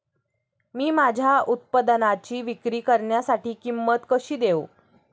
मी माझ्या उत्पादनाची विक्री करण्यासाठी किंमत कशी देऊ?